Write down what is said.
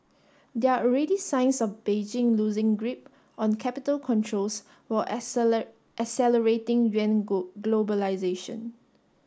there are already signs of Beijing loosing grip on capital controls while accelerating yuan globalisation